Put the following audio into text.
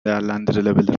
değerlendirilebilir